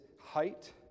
height